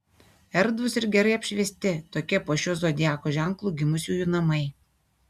erdvūs ir gerai apšviesti tokie po šiuo zodiako ženklu gimusiųjų namai